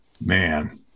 Man